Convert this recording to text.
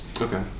Okay